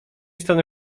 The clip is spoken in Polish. strony